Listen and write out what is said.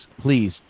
please